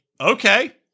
okay